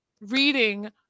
reading